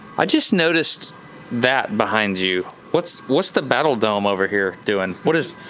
i just noticed that behind you. what's what's the battle dome over here doing? what is?